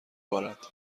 بارد